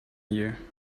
you